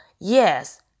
yes